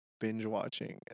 binge-watching